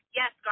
yes